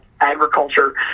agriculture